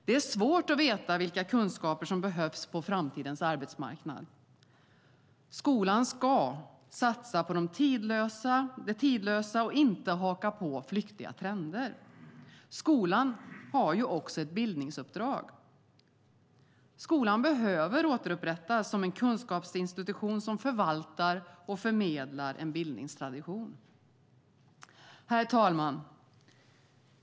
Det är svårt att veta vilka kunskaper som behövs på framtidens arbetsmarknad. Skolan ska satsa på det tidlösa och inte haka på flyktiga trender. Skolan har ju också ett bildningsuppdrag och behöver återupprättas som en kunskapsinstitution som förvaltar och förmedlar en bildningstradition. Herr talman!